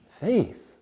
faith